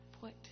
put